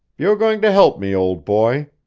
you're going to help me, old boy.